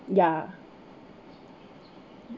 ya